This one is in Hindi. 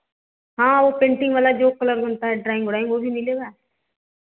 और पेंटिंग वाला जो कलर मिलता है वह भी मिलेगा